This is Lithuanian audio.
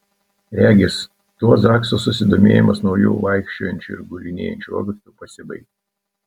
regis tuo zakso susidomėjimas nauju vaikščiojančiu ir gulinėjančiu objektu pasibaigė